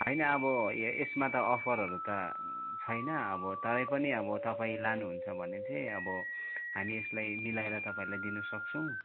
होइन अब यसमा त अफरहरू त छैन अब तरै पनि अब तपाईँ लानुहुन्छ भने चाहिँ अब हामी यसलाई मिलाएर तपाईँलाई दिनु सक्छौँ